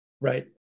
Right